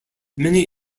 many